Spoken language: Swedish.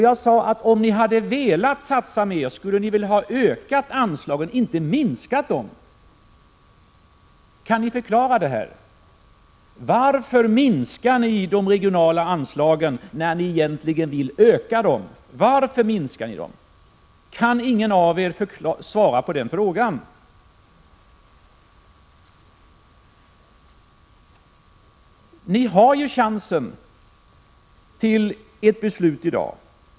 Jag sade att om ni hade velat satsa mer, skulle ni väl ha ökat anslagen, inte minskat dem. Kan ni förklara det här? Varför minskar ni de regionala anslagen när ni egentligen vill öka dem? Kan ingen av er svara på den frågan? Ni har ju chansen till ett beslut i dag.